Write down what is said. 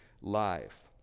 life